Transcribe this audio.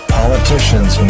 politicians